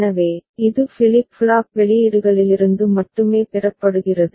எனவே இது flip flop வெளியீடுகளிலிருந்து மட்டுமே பெறப்படுகிறது